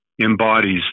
embodies